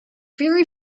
very